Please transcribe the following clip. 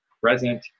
present